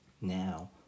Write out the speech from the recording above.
Now